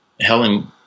Helen